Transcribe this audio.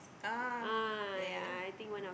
ah yeah yeah yeah